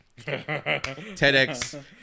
TEDx